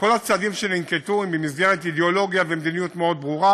כל הצעדים שננקטו הם במסגרת אידיאולוגיה ומדיניות מאוד ברורה.